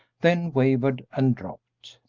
then wavered and dropped.